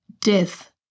Death